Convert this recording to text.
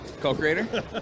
Co-creator